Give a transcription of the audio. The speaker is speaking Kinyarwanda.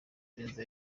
perezida